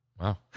Wow